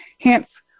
hence